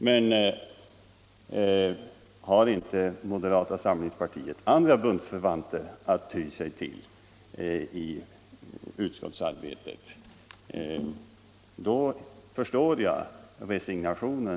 Men har inte moderata samlingspartiet andra bundsförvanter att ty sig till i utskottsarbetet, då förstår jag resignationen.